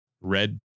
red